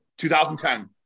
2010